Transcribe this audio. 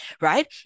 right